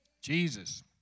Jesus